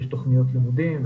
יש תוכניות לימודים,